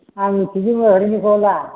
आंनिथिंजोंबो ओरैनिखौ ला